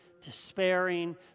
despairing